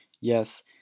Yes